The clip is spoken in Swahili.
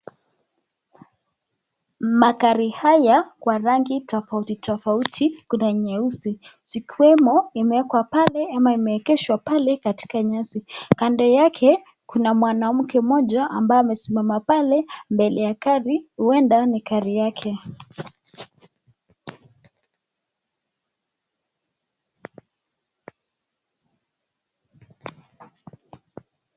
Magari haya kwa rangi tofauti tofauti kuna nyeusi zikiwemo imewekwa pale ama imewekeshwa pale katika nyasi. Kando yake kuna mwanamke mmoja ambaye amesimama pale mbele ya gari huenda ni gari yake.